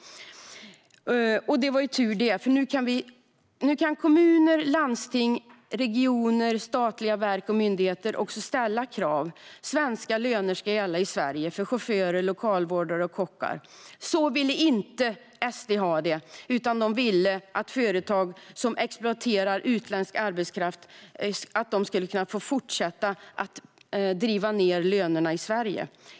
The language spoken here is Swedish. Det var ju tur det, för nu kan kommuner, landsting, regioner och statliga verk och myndigheter ställa krav. Svenska löner ska gälla i Sverige för chaufförer, lokalvårdare och kockar. Så ville inte SD ha det, utan de ville att företag som exploaterar utländsk arbetskraft skulle få fortsätta driva ned lönerna i Sverige.